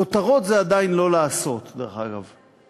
כותרות זה עדיין לא לעשות, דרך אגב.